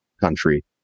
country